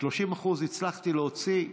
30% הצלחתי להוציא,